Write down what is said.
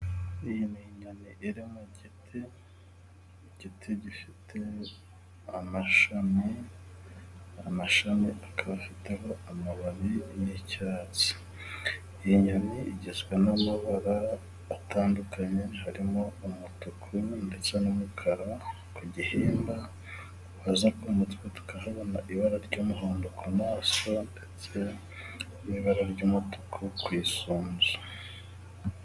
Iyi ni nyoni iri mu giti. Igiti gifite amashami. Amashami akaba afiteho amababi y'icyatsi. Iyi nyoni igizwe n'amabara atandukanye harimo umutuku ndetse n'umukara ku gihimba. Waza ku mutwe, tukahabona ibara ry'umuhondo ku maso ndetse n'ibara ry'umutuku ku isunzu.